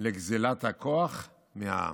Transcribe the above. לגזלת הכוח מהעם".